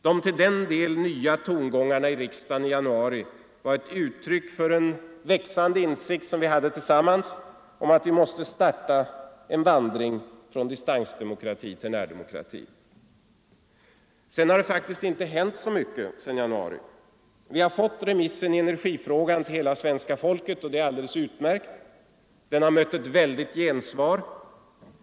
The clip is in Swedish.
De till en del nya tongångarna i riksdagen i januari var ett uttryck för en växande gemensam insikt om att vi måste starta en vandring från distansdemokrati till närdemokrati Sedan januari har det inte hänt så mycket på det här området. Vi har fått remissen i energifrågan till hela svenska folket, och det är alldeles utmärkt. Den har mött ett väldigt gensvar.